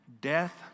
death